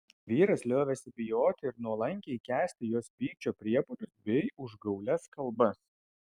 vyras liovėsi bijoti ir nuolankiai kęsti jos pykčio priepuolius bei užgaulias kalbas